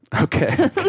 okay